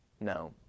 No